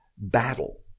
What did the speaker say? battle